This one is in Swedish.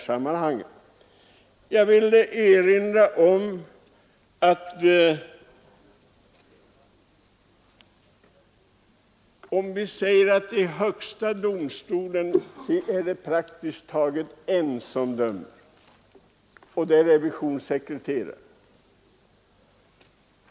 Jag vill erinra om att i högsta domstolen är det praktiskt taget en person som dömer, nämligen revisionssekreteraren.